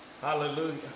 Hallelujah